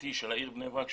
הפרטי של העיר בני ברק,